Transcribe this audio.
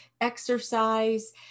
exercise